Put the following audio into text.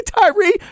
Tyree